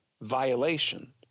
violation